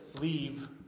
leave